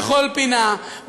בכל פינה,